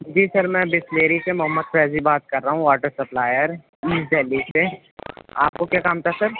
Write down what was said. جی sir میں بسلیری سے محمد فیضی بات کر رہا ہوں واٹر سپلائر ایسٹ دہلی سے آپ کو کیا کام تھا سر